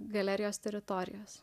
galerijos teritorijas